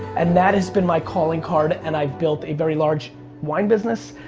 and that has been my calling card, and i've built a very large wine business,